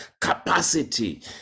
Capacity